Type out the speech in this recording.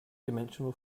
dimensional